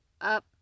up